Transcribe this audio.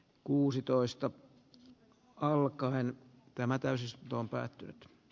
peltonen pääsee pohjustamaan keskustelun jatkon